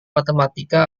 matematika